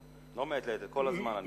לא מעת לעת, כל הזמן.